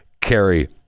Carrie